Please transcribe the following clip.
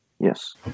Yes